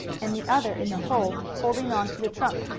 and the other in the hole, holding on to the trunk,